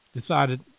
decided